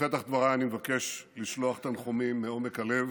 בפתח דבריי אני מבקש לשלוח תנחומים מעומק הלב